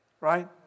right